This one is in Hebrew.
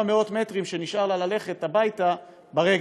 מאות המטרים שנשארו לה עד הבית ברגל.